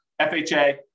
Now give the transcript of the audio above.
FHA